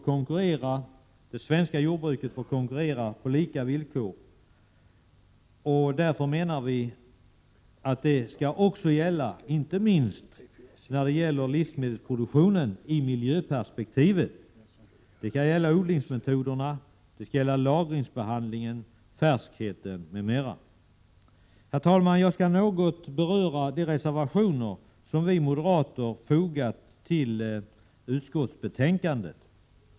Konkurrens på lika villkor länder emellan måste ju även gälla livsmedelsproduktionen i miljöperspektivet. Det 114 kan gälla odlingsmetoder, lagringsbehandling, färskhet m.m. Herr talman, jag skall något beröra de reservationer vi moderater fogat till utskottets betänkande.